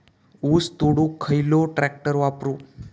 ऊस तोडुक खयलो ट्रॅक्टर वापरू?